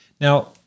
Now